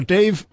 Dave